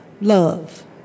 love